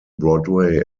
broadway